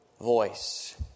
voice